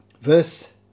verse